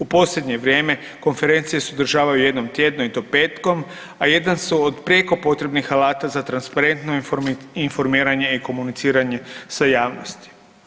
U posljednje vrijeme konferencije se održavaju jednom tjedno i to petkom, a jedan su od prijeko potrebnih alata za transparentno informiranje i komuniciranje sa javnosti.